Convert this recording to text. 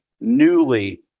newly